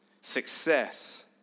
success